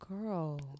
Girl